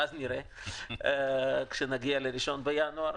ואז נראה כשנגיע ל-1 בינואר.